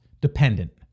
dependent